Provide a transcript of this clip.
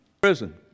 prison